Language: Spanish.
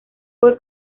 fue